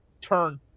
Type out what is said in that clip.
turn